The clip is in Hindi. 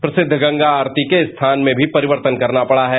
प्रसिद्ध गंगा आरती के स्थक्षान में भी परिवर्तन करना पड़ा है